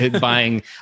buying